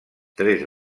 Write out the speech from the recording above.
tres